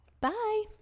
Bye